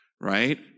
right